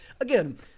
again